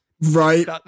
Right